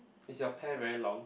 is your pear very long